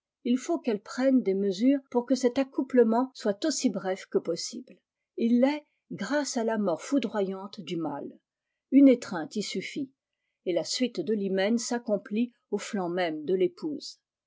il faut qu'elle prenne des mesures pour que cet accouplement soit aussi bref que possible il te'sf grâce à la mort foudroyante du mle une étreinte y suffit et la suite de rhymen s'accomplit aux tiancs mêmes de réponse